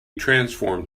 transformed